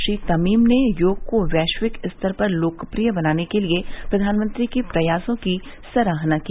श्री तमीम ने योग को वैश्विक स्तर पर लोकप्रिय बनाने के लिए प्र्यानमंत्री के प्रयासों की सराहना की